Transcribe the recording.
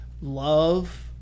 love